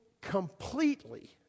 completely